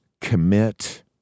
commit